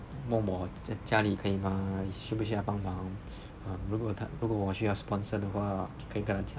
问我家里可以吗需不需要帮忙 um 如果他如果我需要 sponsor 的话可以跟他讲